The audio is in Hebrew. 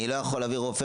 אני לא יכול להביא רופא,